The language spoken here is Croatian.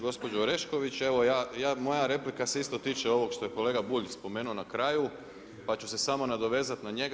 Gospođo Orešković, evo ja, moja replika se isto tiče ovog što je kolega Bulj spomenuo na kraju pa ću se samo nadovezati na njega.